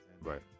Right